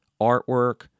artwork